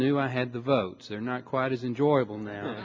knew i had the votes are not quite as enjoyable now